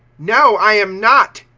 no, i am not,